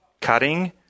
cutting